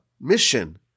mission